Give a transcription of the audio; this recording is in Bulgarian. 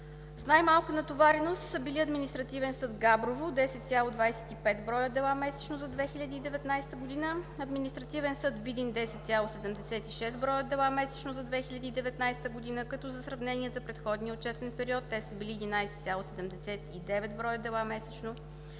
С най-малка натовареност са били Административен съд – Габрово: 10,25 дела месечно за 2019 г.; Административен съд –Видин: 10,76 дела месечно за 2019 г., като за сравнение – за предходния отчетен период те са били 11,79 дела месечно;